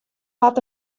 hat